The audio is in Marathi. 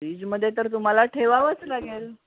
फ्रीजमध्ये तर तुम्हाला ठेवावंच लागेल